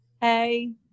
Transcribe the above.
Hey